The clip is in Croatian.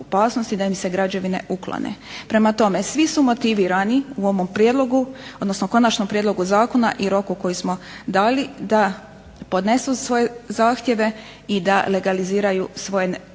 da im se građevine uklone. Prema tome, svi su motivirani u ovom prijedlogu, odnosno konačnom prijedlogu zakona i roku koji smo dali da podnesu svoje zahtjeve i da legaliziraju svoje